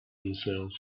himself